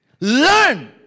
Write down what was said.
Learn